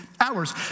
hours